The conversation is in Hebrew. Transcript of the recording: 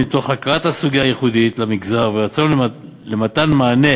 מתוך הכרת הסוגיות הייחודיות למגזר ורצון לתת מענה